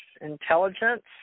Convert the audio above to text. intelligence